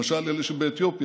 למשל אלה שבאתיופיה,